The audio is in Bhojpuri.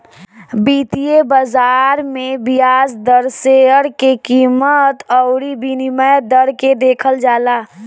वित्तीय बाजार में बियाज दर, शेयर के कीमत अउरी विनिमय दर के देखल जाला